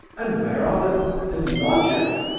and where are the the lodgers?